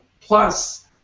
plus